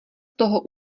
toho